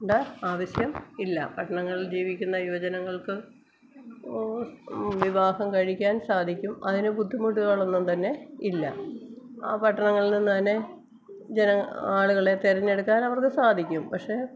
ഇവിടെ ആവശ്യം ഇല്ല പട്ടണങ്ങളിൽ ജീവിക്കുന്ന യുവജനങ്ങൾക്ക് വിവാഹം കഴിക്കാൻ സാധിക്കും അതിന് ബുദ്ധുമുട്ടുകളൊന്നും തന്നെ ഇല്ല ആ പട്ടണങ്ങളിൽന്ന്ന്നെ ജനങ്ങൾ ആളുകളെ തിരഞ്ഞെടുക്കാൻ അവർക്ക് സാധിക്കും പക്ഷേ